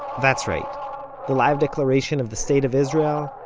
that's right, the live declaration of the state of israel,